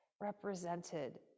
represented